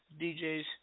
DJs